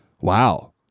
Wow